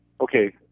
Okay